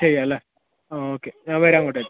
ചെയ്യാം അല്ലേ ആ ഓക്കെ ഞാൻ വരാം അങ്ങോട്ടേക്ക്